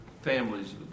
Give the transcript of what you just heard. families